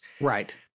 Right